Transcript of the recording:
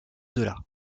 delà